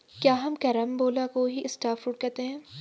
क्या हम कैरम्बोला को ही स्टार फ्रूट कहते हैं?